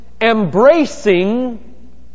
embracing